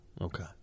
Okay